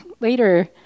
later